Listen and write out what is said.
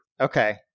Okay